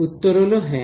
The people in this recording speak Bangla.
উত্তর হলো হ্যাঁ